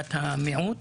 עמדת המיעוט.